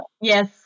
Yes